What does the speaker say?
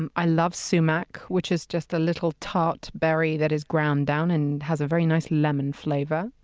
and i love sumac, which is just a little tart berry that is ground down and has a very nice lemon flavor.